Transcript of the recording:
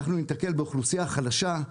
אנחנו נתקל באוכלוסייה חלשה,